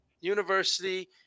university